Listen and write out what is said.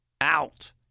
out